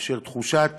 מאשר תחושת